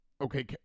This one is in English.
Okay